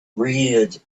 reared